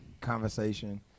conversation